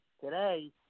Today